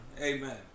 Amen